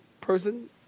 person